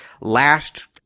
last